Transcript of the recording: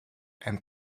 and